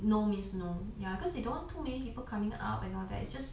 no means no ya cause they don't want to many people coming up and all that it's just